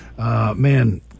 Man